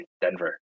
Denver